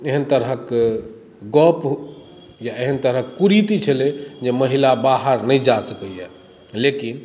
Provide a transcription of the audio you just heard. एहन तरहक गप या एहन तरहक कुरीति छलै जे महिला बाहर नहि जा सकैए लेकिन